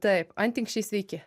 taip antinksčiai sveiki